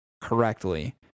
correctly